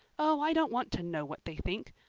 oh, i don't want to know what they think.